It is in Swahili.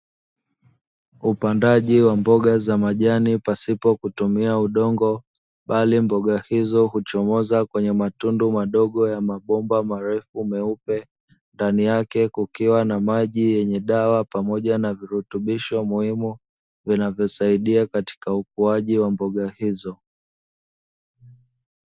Upandaji wa mboga za majani pasipo kutumia udongo bali mboga hizo huchomoza kwenye matundu madogo ya mabomba marefu meupe, ndani yake kukiwa na maji yenye dawa pamoja na virutubisho muhimu, vinavyosaidia katika ukuwaji wa mboga izo.